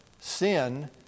sin